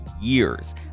years